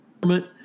government